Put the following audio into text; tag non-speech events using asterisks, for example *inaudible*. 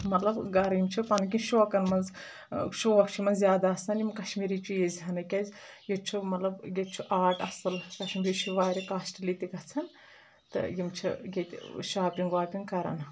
مطلب گَرٕ یِم چھِ پَنٕۍن کِنۍ شوقَن منٛز شوق چھِ یِمَن زیادٕ آسَان یِم کشمیٖری چیٖز ہٮ۪نٕکۍ کیازِ ییٚتہِ چھُ مطلب ییٚتہِ چھُ آٹ اَصٕل *unintelligible* بیٚیہِ چھِ یہِ واریاہ کاسٹٕلِی تہِ گژھان تہٕ یِم چھِ ییٚتہِ شاپِنگ واپِنگ کرَان